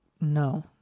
No